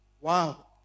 wow